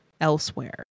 elsewhere